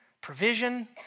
provision